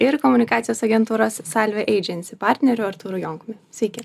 ir komunikacijos agentūros salve eidžensi partneriu artūru jonkumi sveiki